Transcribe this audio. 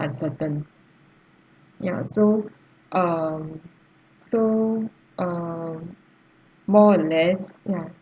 uncertain ya so um so um more or less ya